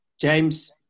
James